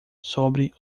sobre